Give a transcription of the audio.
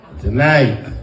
Tonight